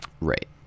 Right